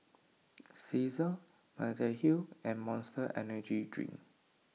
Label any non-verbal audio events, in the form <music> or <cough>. <noise> Cesar Mediheal and Monster Energy Drink